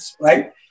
right